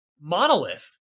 Monolith